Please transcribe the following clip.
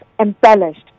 embellished